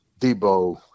Debo